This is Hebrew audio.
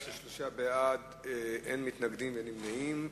שלושה בעד, אין מתנגדים ואין נמנעים.